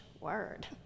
word